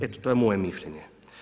Eto, to je moje mišljenje.